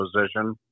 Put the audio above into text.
position